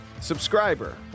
subscriber